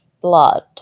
blood